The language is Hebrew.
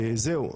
זהו.